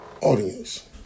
audience